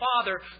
Father